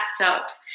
laptop